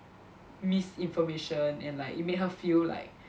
misinformation and like you made her feel like